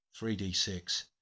3d6